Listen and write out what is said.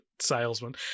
salesman